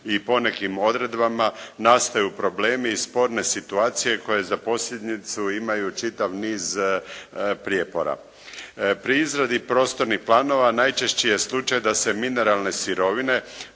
i ponekim odredbama nastaju problemi i sporene situacije koje za posljedicu imaju čitav niz prijepora. Pri izradi prostornih planova najčešći je slučaj da se mineralne sirovine